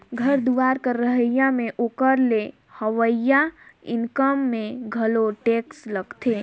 घर दुवार कर रहई में ओकर ले होवइया इनकम में घलो टेक्स लागथें